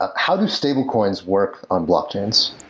ah how do stable coins work on blockchains?